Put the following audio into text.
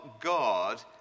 God